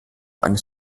eines